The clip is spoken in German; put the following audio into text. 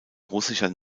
russischer